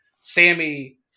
Sammy